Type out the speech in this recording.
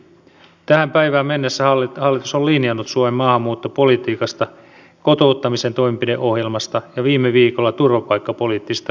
tähän päivään mennessä hallitus on linjannut suomen maahanmuuttopolitiikasta kotouttamisen toimenpideohjelmasta ja viime viikolla turvapaikkapoliittisista linjauksista